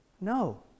No